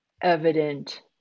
evident